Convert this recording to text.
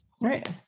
Right